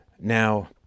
Now